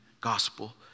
gospel